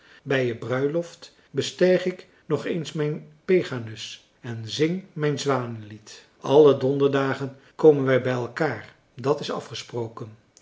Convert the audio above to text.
bij je bruiloft bestijg ik nog eens mijn peganus en zing mijn zwanenlied alle donderdagen komen wij bij elkaar dat is afgesproken